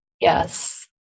Yes